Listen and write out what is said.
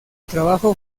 trabajo